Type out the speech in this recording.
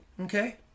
okay